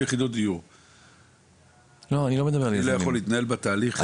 לא יכול להתנהל בתהליך?